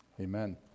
Amen